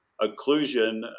occlusion